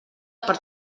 per